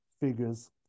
figures